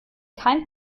kein